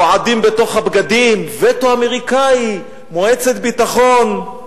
רועדים בתוך הבגדים: וטו אמריקני, מועצת ביטחון.